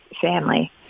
family